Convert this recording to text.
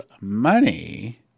money